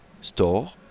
store